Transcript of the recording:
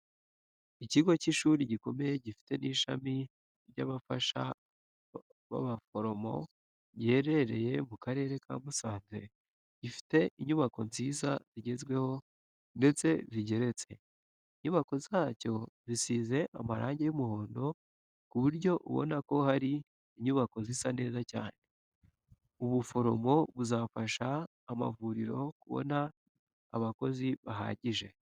Ikigo cy'ishuri gikomeye gifite n'ishami ry'abafasha b'abaforomo giherereye mu Karere ka Musanze gifite inyubako nziza zigezweho ndetse zigeretse. Inyubako zacyo zisize amarange y'umuhondo ku buryo ubona ko ari inyubako zisa neza cyane. Ubuforomo buzafasha amavuriro kubona abakozi bahagije.